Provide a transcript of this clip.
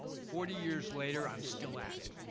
forty years later, i'm still at it.